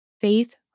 faith